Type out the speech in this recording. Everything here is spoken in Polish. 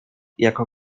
jako